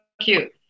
cute